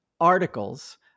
articles